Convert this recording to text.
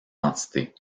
entités